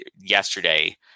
yesterday